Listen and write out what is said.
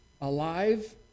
alive